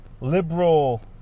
liberal